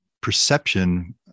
perception